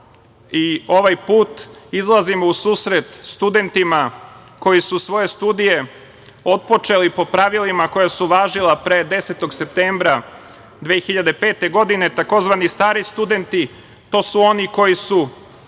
i ovaj put izlazimo u susret studentima koji su svoje studije otpočeli po pravilima koja su važila pre 10. septembra 2005. godine, takozvani stari studenti, to su oni koji su